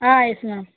ah yes ma'am